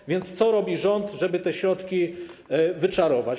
Co więc robi rząd, żeby te środki wyczarować?